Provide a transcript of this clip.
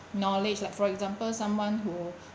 knowledge like for example someone who